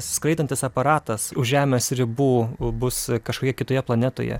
skraidantis aparatas už žemės ribų bus kažkokioje kitoje planetoje